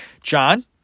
John